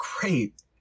great